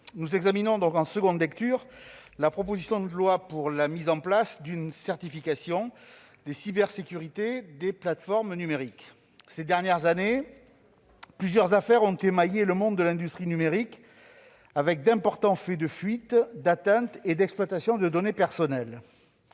nous examinons en deuxième lecture la proposition de loi visant à mettre en place une certification de la cybersécurité des plateformes numériques. Au cours des dernières années, plusieurs affaires ont éclaboussé le monde de l'industrie numérique, avec d'importants faits de fuites et d'exploitation de données personnelles.